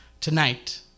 Tonight